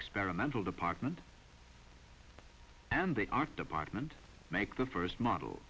experimental department and they are department make the first model